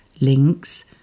links